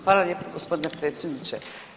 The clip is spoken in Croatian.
Hvala lijepa gospodine predsjedniče.